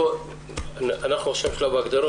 כמובן ישראייר ו-ק.א.ל במצב יותר טוב.